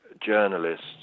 journalists